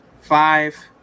Five